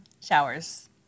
Showers